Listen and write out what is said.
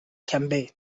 campaign